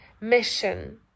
mission